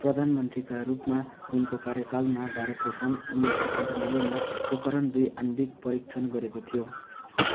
प्रधानमन्त्रीका रूपमा उनको कार्यकालमा भारतले सन् उन्नाइस सय अन्ठान्नब्बेमा पोखरण दुई आणविक परीक्षण गरेको थियो